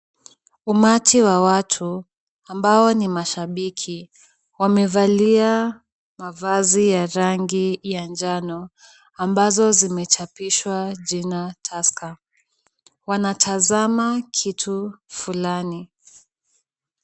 Umati wa watu ambao ni mashabiki, wamevalia mavazi ya rangi ya njano ambazo zimechapishwa jina Tusker. Wanatazama kitu fulani.